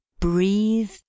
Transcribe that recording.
breathe